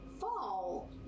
fall